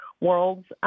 world's